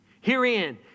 Herein